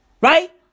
Right